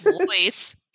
voice